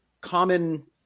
common